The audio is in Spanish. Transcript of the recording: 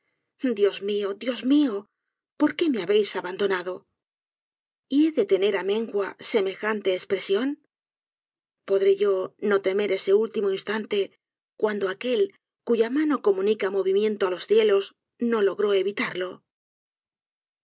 dios mió dios mió por qué me habéis abandonado y he de tener á mengua semejante espresion podré yo no temer ese último instante cuando aquel cuya mano comunica movimiento á los cielos no logró evitarlo